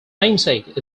namesake